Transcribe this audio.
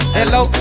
hello